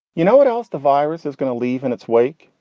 you know what else the virus is going to leave in its wake?